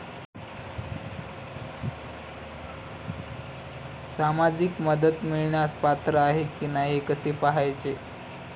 सामाजिक मदत मिळवण्यास पात्र आहे की नाही हे कसे पाहायचे?